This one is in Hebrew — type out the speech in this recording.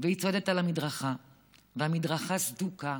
והיא צועדת על המדרכה והמדרכה סדוקה?